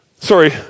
sorry